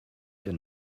ihr